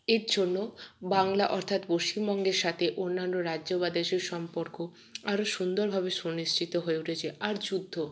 এর জন্য বাংলা অর্থাৎ পশ্চিমবঙ্গের সাথে অন্যান্য রাজ্য বা দেশের সম্পর্ক আরও সুন্দরভাবে সুনিশ্চিত হয়ে উঠেছে আর যুদ্ধ